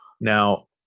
now